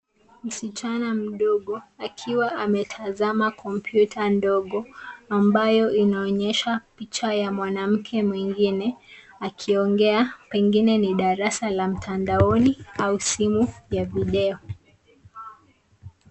Msichana mdogo akiwa ametazama kompyuta ndogo amabyo inaonyesha picha ya mwanamke mwingine akiongea pengine ni darasa la mtandaoni au simu ya video.